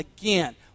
again